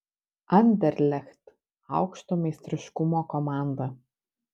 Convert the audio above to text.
anderlecht aukšto meistriškumo komanda